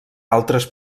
altres